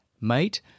mate